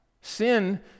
Sin